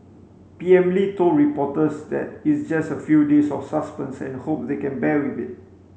P M Lee told reporters that it's just a few days of suspense and hope they can bear with it